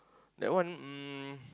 that one um